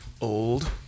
old